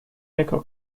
echo